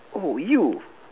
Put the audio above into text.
oh you